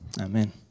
Amen